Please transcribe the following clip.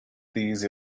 these